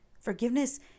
Forgiveness